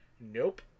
nope